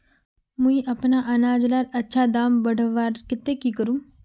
मुई अपना अनाज लार अच्छा दाम बढ़वार केते की करूम?